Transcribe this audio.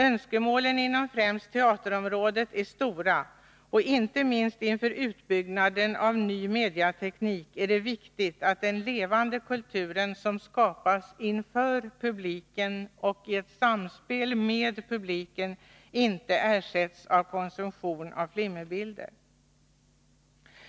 Önskemålen inom främst teaterområdet är stora, och inte minst inför utbyggnaden av ny mediateknik är det viktigt att den levande kulturen, som skapas inför publiken och i samspel med publiken, inte ersätts med konsumtion av kvinnobilder.